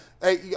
Hey